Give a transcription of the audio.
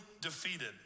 defeated